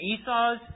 Esau's